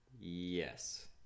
yes